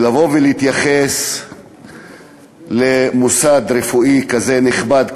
להתייחס למוסד רפואי כזה נכבד,